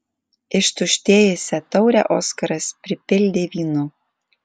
ištuštėjusią taurę oskaras pripildė vynu